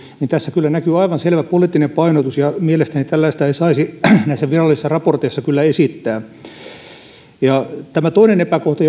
niin tässä kyllä näkyy aivan selvä poliittinen painotus ja mielestäni tällaista ei saisi näissä virallisissa raporteissa kyllä esittää tämä toinen epäkohta